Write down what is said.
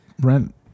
rent